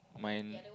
mine